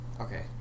Okay